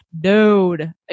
dude